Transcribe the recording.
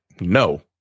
No